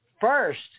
first